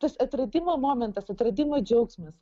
tas atradimo momentas atradimo džiaugsmas